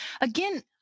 again